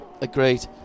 agreed